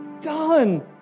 done